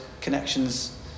connections